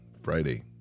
Friday